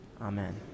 Amen